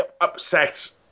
upset